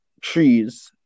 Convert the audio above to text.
trees